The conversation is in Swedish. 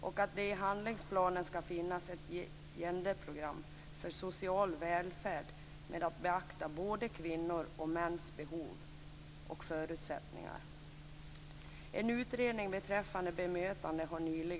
I handlingsplanen skall finnas ett program för social välfärd som beaktar behov och förutsättningar för både kvinnor och män. Det har också nyligen presenterats en utredning beträffande bemötande.